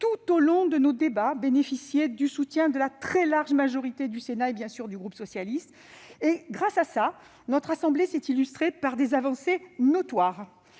tout au long de nos débats, bénéficier du soutien de la très large majorité du Sénat et, bien sûr, du groupe socialiste. Grâce à ces travaux, notre assemblée s'est illustrée par des avancées notoires.